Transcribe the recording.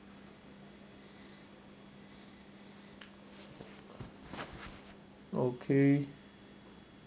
okay